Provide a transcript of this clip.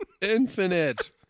Infinite